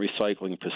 recycling